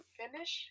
finish